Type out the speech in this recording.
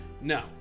no